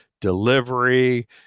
delivery